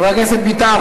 חבר הכנסת ביטן,